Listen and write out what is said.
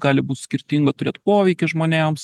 gali būt skirtingą turėt poveikį žmonėms